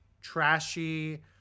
Trashy